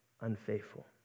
unfaithful